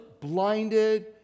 blinded